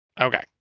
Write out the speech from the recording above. Okay